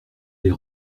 les